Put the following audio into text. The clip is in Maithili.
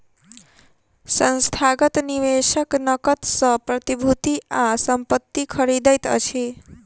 संस्थागत निवेशक नकद सॅ प्रतिभूति आ संपत्ति खरीदैत अछि